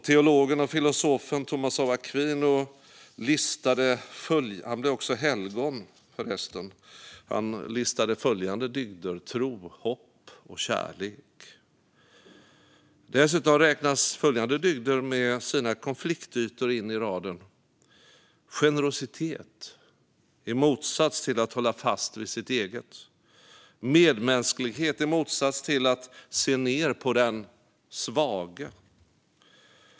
Teologen och filosofen Thomas av Aquino, som förresten också var helgon, listade följande dygder: tro, hopp och kärlek. Dessutom räknas följande dygder, med sina konfliktytor, in i raden: generositet, i motsats till att hålla fast vid sitt eget, och medmänsklighet, i motsats till att se ned på den "svage".